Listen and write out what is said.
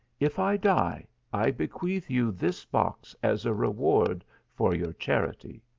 if i die i bequeath you this box as a reward for your charity.